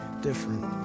different